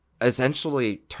essentially